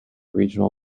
regional